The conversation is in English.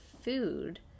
food